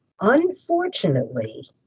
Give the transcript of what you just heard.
Unfortunately